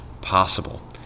possible